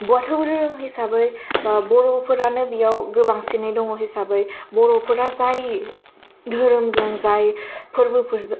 बाथौ धोरोम हिसाबै बा बर'फोरानो बियाव गोबांसिनै दङ हिसाबै बर'फोरा जाय धोरोमजों जाय फोरबोफोरजों